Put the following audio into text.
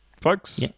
folks